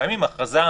ההכרזה.